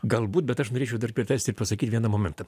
galbūt bet aš norėčiau dar pratęs pasakyt vieną momentą